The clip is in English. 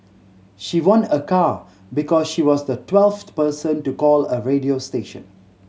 she won a car because she was the twelfth person to call a radio station